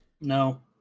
no